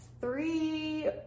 three